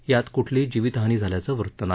यात कुठलीही जीवितहानी झाल्याचं वृत्त नाही